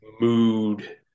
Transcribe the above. mood